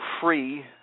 free